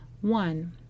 One